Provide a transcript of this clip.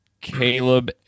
Caleb